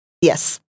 Yes